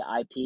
IP